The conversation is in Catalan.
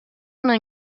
una